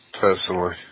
personally